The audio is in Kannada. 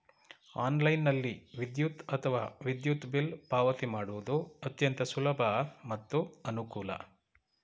ಆನ್ಲೈನ್ನಲ್ಲಿ ವಿದ್ಯುತ್ ಅಥವಾ ವಿದ್ಯುತ್ ಬಿಲ್ ಪಾವತಿ ಮಾಡುವುದು ಅತ್ಯಂತ ಸುಲಭ ಮತ್ತು ಅನುಕೂಲ